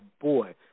boy